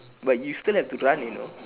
but you still have to run you know